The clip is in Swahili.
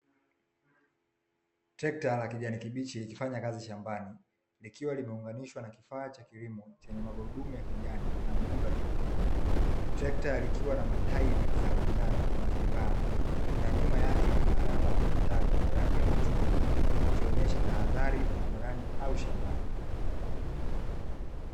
Trekta la kijani kibichi likifanya kazi shambani, likiwa limeunganishwa na kifaa cha kilimo chenye magurudumu ya kijani na muundo wa kipekee. Trekta likiwa na mataili za manjano zinazo ng'aa na nyuma yake kuna alama ya pembe tatu yenye rangi ya machungwa ikionyesha tahadhali barabarani au shambani.